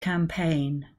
campaign